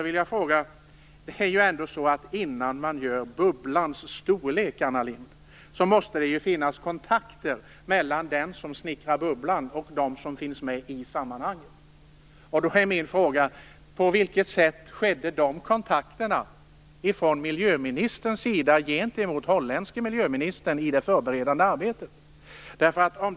Innan man bestämmer bubblans storlek, Anna Lindh, måste det finnas kontakter mellan den som snickrar bubblan och dem som finns med i sammanhanget. På vilket sätt skedde de kontakterna från miljöministerns sida gentemot den holländske miljöministern i det förberedande arbetet?